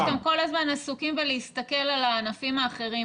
שאתם כל הזמן עסוקים בלהסתכל על הענפים האחרים.